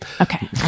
Okay